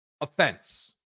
offense